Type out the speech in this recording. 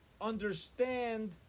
understand